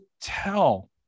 tell